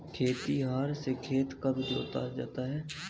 खेतिहर से खेत कब जोता जाता है?